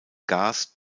gas